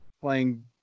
playing